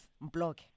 Blog